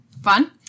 Fun